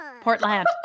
Portland